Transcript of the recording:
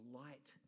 light